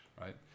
right